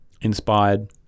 inspired